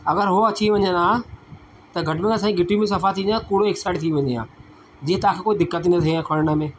अगर हो अची वञनि हां त घट में घटि असांजी घिटियूं बि सफा वञे हां कूड़ा हिकु साईड थी वञे हां जीअं तव्हांखे कोई दिक़तु न थिए हां खणण में